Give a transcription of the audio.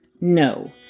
no